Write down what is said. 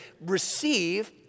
receive